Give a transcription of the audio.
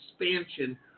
expansion